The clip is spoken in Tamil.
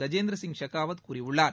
கஜேந்திர சிங் ஷெகாவத் கூறியுள்ளார்